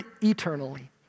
eternally